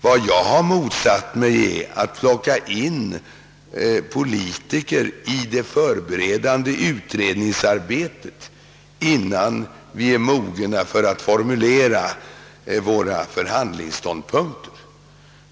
Vad jag motsatt mig är att plocka in politiker i det förberedande utredningsarbetet innan vi är mogna att formulera våra förhandlingsståndpunkter.